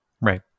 right